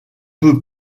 peu